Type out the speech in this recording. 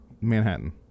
Manhattan